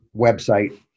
website